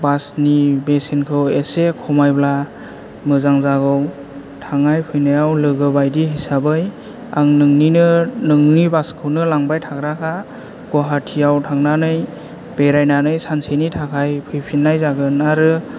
बासनि बेसेनखौ एसे खमायब्ला मोजां जागौ थांनाय फैनायाव लोगो बादि हिसाबै आं नोंनिनो नोंनि बासखौनो लांबाय थाग्राखा गुवाहाथियाव थांनानै बेरायनानै सानसेनि थाखाय फैफिननाय जागोन आरो